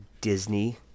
Disney